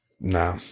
No